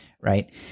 right